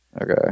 okay